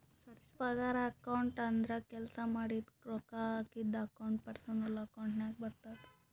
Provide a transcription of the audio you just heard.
ಪಗಾರ ಅಕೌಂಟ್ ಅಂದುರ್ ಕೆಲ್ಸಾ ಮಾಡಿದುಕ ರೊಕ್ಕಾ ಹಾಕದ್ದು ಅಕೌಂಟ್ ಪರ್ಸನಲ್ ಅಕೌಂಟ್ ನಾಗೆ ಬರ್ತುದ